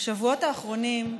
בשבועות האחרונים,